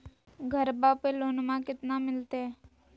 घरबा पे लोनमा कतना मिलते?